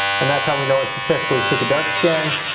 and that's how we know it successfully took a dark scan.